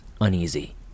uneasy